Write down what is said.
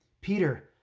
Peter